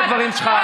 את חלאת,